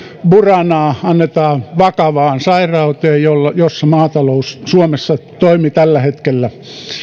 buranaa annetaan vakavaan sairauteen jossa maatalous suomessa toimii tällä hetkellä